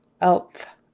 Elf